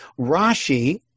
Rashi